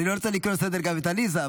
אני לא רוצה לקרוא לסדר גם את עליזה.